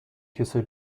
کسل